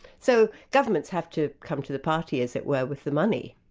so governments have to come to the party as it were, with the money.